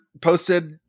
posted